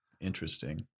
interesting